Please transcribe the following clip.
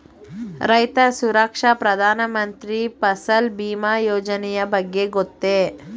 ರೈತ ಸುರಕ್ಷಾ ಪ್ರಧಾನ ಮಂತ್ರಿ ಫಸಲ್ ಭೀಮ ಯೋಜನೆಯ ಬಗ್ಗೆ ಗೊತ್ತೇ?